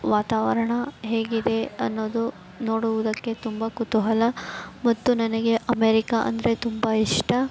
ವಾತಾವರಣ ಹೇಗಿದೆ ಅನ್ನೋದು ನೋಡುವುದಕ್ಕೆ ತುಂಬ ಕುತೂಹಲ ಮತ್ತು ನನಗೆ ಅಮೇರಿಕಾ ಅಂದರೆ ತುಂಬ ಇಷ್ಟ